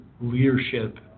leadership